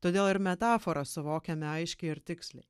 todėl ir metaforą suvokiame aiškiai ir tiksliai